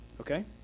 okay